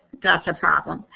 that's problem.